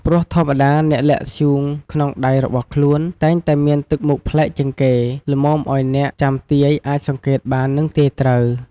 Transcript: ព្រោះធម្មតាអ្នកលាក់ធ្យូងក្នុងដៃរបស់ខ្លួន តែងតែមានទឹកមុខប្លែកជាងគេ ល្មមឲ្យអ្នក ចាំទាយអាចសង្កេតបាន និងទាយត្រូវ។